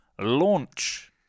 launch